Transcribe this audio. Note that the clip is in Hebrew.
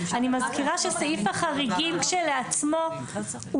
אני מזכירה שסעיף החריגים כשלעצמו הוא